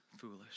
foolish